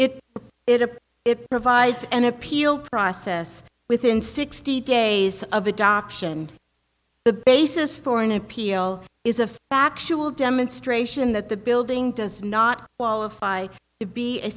it it up it provides an appeal process within sixty days of adoption the basis for an appeal is a factual demonstration that the building does not qualify to be a